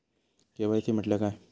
KYC म्हटल्या काय?